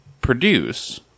produce